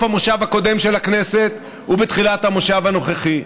המושב הקודם של הכנסת ובתחילת המושב הנוכחי,